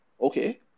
Okay